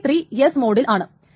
T3 S മോഡിൽ ആണ്